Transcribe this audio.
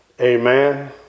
Amen